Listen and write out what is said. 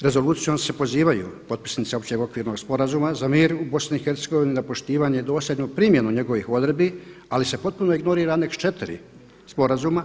Rezolucijom se pozivaju potpisnice Općeg okvirnog sporazuma za mir u BiH, na poštivanje i dosljednu primjenu njegovih odredbi, ali se potpuno ignorira anex 4. Sporazuma.